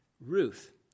Ruth